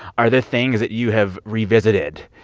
are there things that you have revisited,